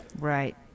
Right